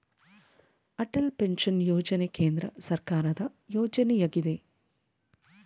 Atal pension ಯೋಜನೆ ಕೇಂದ್ರ ಸರ್ಕಾರದ ಯೋಜನೆಯಗಿದೆ